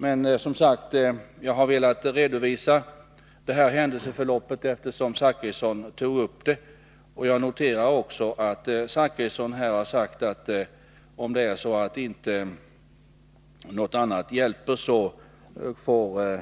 Men, som sagt, jag har velat redovisa det här händelseförloppet, eftersom Bertil Zachrisson tog upp det. Jag noterar också att Bertil Zachrisson har sagt att om inte något annat hjälper får